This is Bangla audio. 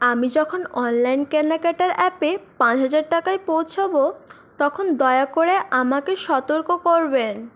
আমি যখন অনলাইন কেনাকাটার অ্যাপে পাঁচ হাজার টাকায় পৌঁছোবো তখন দয়া করে আমাকে সতর্ক করবেন